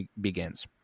begins